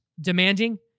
demanding